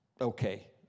okay